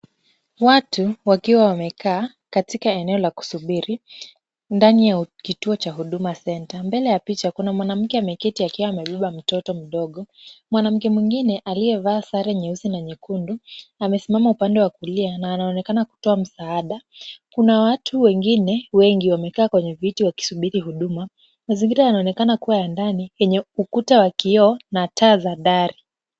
Watu wakiwa wamekaa katika eneo la kusubiri ndani ya kituo cha huduma centre. Mbele ya picha kuna mwanamke ameketi akiwa amebeba mtoto mdogo. Mwanamke mwingine aliyevaa sare nyeusi na nyekundu amesimama upande wa kulia na anaonekana kutoa msaada. Kuna watu wengine wengi wamekaa kwenye viti wakisubiri huduma. Mazingira yanaonekana kuwa ya ndani yenye ukuta wa kioo na taa za dari.